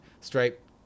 stripe